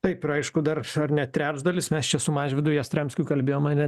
taip ir aišku dar ar ne trečdalis mes čia su mažvydu jastramskiu kalbėjom ar ne